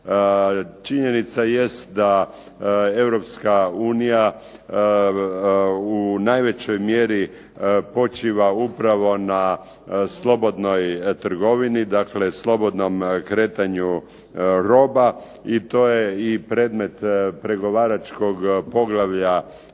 unija u najvećoj mjeri počiva upravo na slobodnoj trgovini, dakle slobodnom kretanju roba i to je i predmet pregovaračkog poglavlja